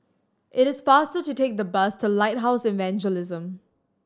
it is faster to take the bus to Lighthouse Evangelism